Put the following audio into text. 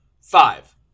Five